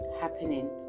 happening